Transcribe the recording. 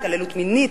התעללות מינית,